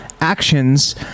actions